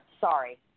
Sorry